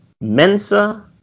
Mensa